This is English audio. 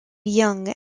young